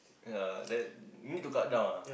yeah that you need to cut down ah